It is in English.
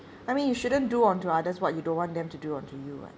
I mean you shouldn't do onto others what you don't want them to do onto you what